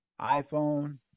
iPhone